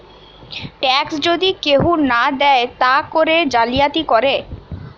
tax যদি কেহু না দেয় তা করে জালিয়াতি করে